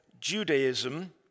Judaism